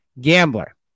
gambler